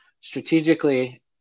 strategically